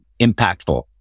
impactful